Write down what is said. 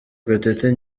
gatete